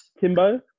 Timbo